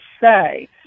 say